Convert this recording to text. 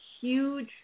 huge